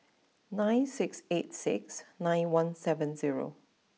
nine six eight six nine one seven zero